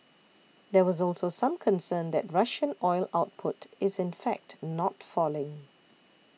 there was also some concern that Russian oil output is in fact not falling